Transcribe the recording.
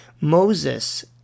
Moses